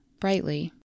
brightly